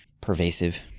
pervasive